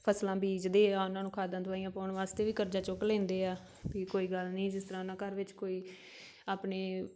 ਫ਼ਸਲਾਂ ਬੀਜਦੇ ਆ ਉਹਨਾਂ ਨੂੰ ਖਾਦਾਂ ਦਵਾਈਆਂ ਪਾਉਣ ਵਾਸਤੇ ਵੀ ਕਰਜ਼ਾ ਚੁੱਕ ਲੈਂਦੇ ਆ ਵੀ ਕੋਈ ਗੱਲ ਨਹੀਂ ਜਿਸ ਤਰ੍ਹਾਂ ਉਹਨਾਂ ਘਰ ਵਿੱਚ ਕੋਈ ਆਪਣੇ